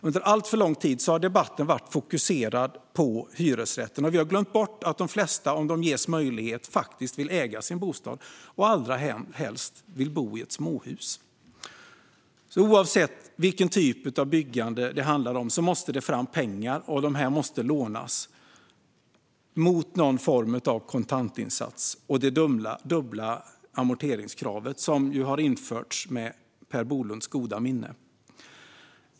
Under alltför lång tid har debatten varit fokuserad på hyresrätten, och vi har glömt bort att de flesta om de ges möjlighet faktiskt vill äga sin bostad - och allra helst bo i ett småhus. Oavsett vilken typ av byggande det handlar om måste det fram pengar, och dessa pengar måste lånas mot någon form av kontantinsats och det dubbla amorteringskravet - som införts med Per Bolunds goda minne.